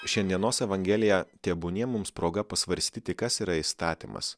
šiandienos evangelija tebūnie mums proga pasvarstyti kas yra įstatymas